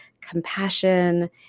compassion